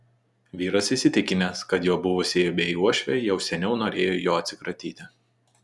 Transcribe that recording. vyras įsitikinęs kad jo buvusioji bei uošvė jau seniau norėjo jo atsikratyti